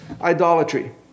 idolatry